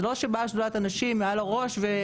זה לא שבאה שדולת הנשים מעל הראש.